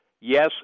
yes